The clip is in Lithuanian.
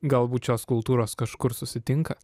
galbūt šios kultūros kažkur susitinka